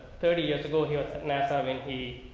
thirty years ago here at nasa. i mean, he,